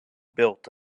built